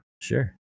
Sure